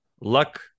luck